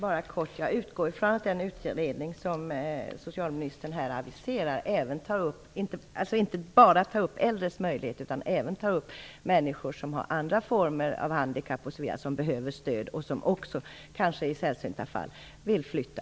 Fru talman! Jag utgår från att den utredning som socialministern aviserar inte bara tar upp äldres möjlighet utan även tar upp möjligheterna för människor som har andra former av handikapp och som behöver stöd och som också i sällsynta fall vill flytta.